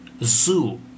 zoo